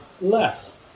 less